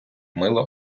мило